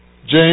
James